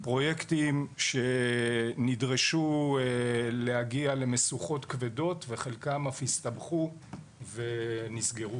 פרויקטים שנדרשו להגיע למשוכות כבדות וחלקם אף הסתבכו ונסגרו,